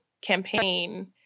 campaign